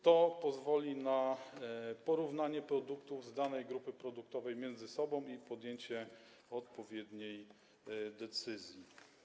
To pozwoli na porównywanie produktów z danej grupy produktowej miedzy sobą i podejmowanie odpowiedniej decyzji.